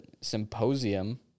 Symposium